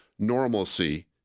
Normalcy